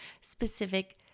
specific